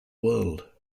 world